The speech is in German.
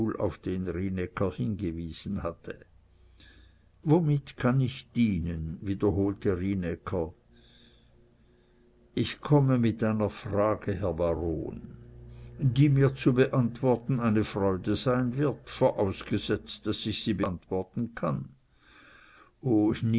auf den rienäcker hingewiesen hatte womit kann ich dienen wiederholte rienäcker ich komme mit einer frage herr baron die mir zu beantworten eine freude sein wird vorausgesetzt daß ich sie beantworten kann